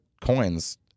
coins